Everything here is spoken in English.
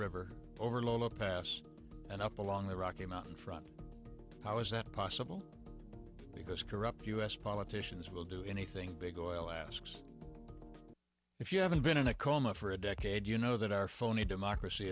river pass and up along the rocky mountain front how is that possible because corrupt us politicians will do anything big oil asks if you haven't been in a coma for a decade you know that our phony democracy